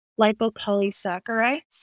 lipopolysaccharides